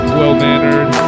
well-mannered